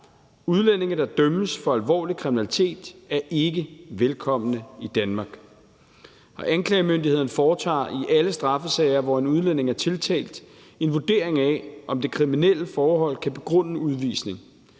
Udlændinge, der dømmes for alvorlig kriminalitet, er ikke velkomne i Danmark. Anklagemyndigheden foretager i alle straffesager, hvor en udlænding er tiltalt, en vurdering af, om det kriminelle forhold kan begrunde udvisning.